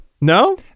No